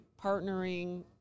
partnering